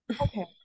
Okay